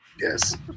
Yes